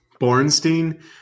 Borenstein